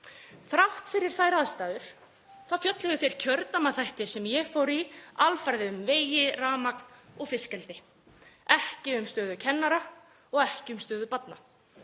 Þrátt fyrir þær aðstæður þá fjölluðu þeir kjördæmaþættir sem ég fór í alfarið um vegi, rafmagn og fiskeldi, ekki um stöðu kennara og ekki um stöðu barna.